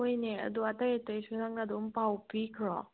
ꯍꯣꯏꯅꯦ ꯑꯗꯣ ꯑꯇꯩ ꯑꯇꯩꯁꯨ ꯅꯪꯅ ꯑꯗꯨꯝ ꯄꯥꯎ ꯄꯤꯈ꯭ꯔꯣ